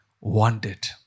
wanted